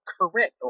correct